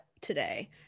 today